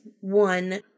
one